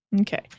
Okay